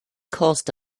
caused